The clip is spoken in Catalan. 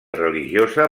religiosa